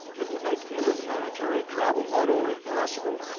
it will make interplanetary travel not only possible,